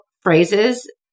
phrases